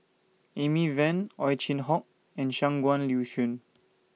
Amy Van Ow Chin Hock and Shangguan Liuyun